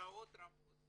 ששעות רבות,